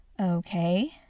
Okay